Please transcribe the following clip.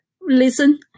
listen